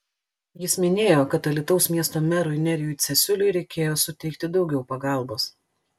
jis minėjo kad alytaus miesto merui nerijui cesiuliui reikėjo suteikti daugiau pagalbos